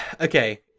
okay